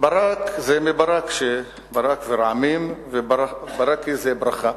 "ברק" זה מברקים ורעמים ו"ברכּה" זה ברכה.